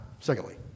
secondly